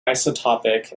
isotopic